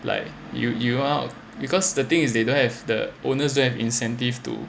like you you out because the thing is they don't have the owners don't have incentive to